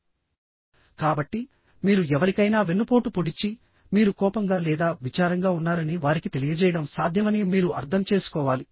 కాబట్టి మీరు ఎవరికైనా వెన్నుపోటు పొడిచి మీరు కోపంగా లేదా విచారంగా ఉన్నారని వారికి తెలియజేయడం సాధ్యమని మీరు అర్థం చేసుకోవాలి